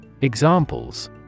Examples